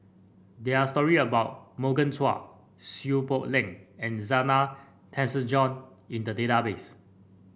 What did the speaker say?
there are story about Morgan Chua Seow Poh Leng and Zena Tessensohn in the database